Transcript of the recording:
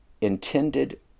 intended